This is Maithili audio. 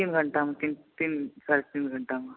तीन घण्टामे तीन साढ़े तीन घण्टामे